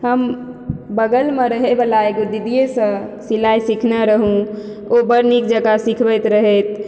हम बगलमे रहै वला एगो दीदीयेसँ सिलाइ सिखने रहुँ ओ बड नीक जकाँ सिखबैत रहथि